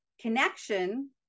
connection